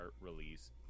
release